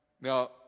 Now